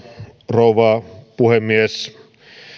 rouva puhemies